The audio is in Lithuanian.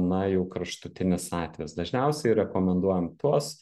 na jau kraštutinis atvejis dažniausiai rekomenduojam tuos